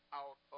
out